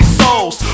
souls